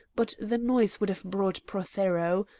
but the noise would have brought prothero.